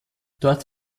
dort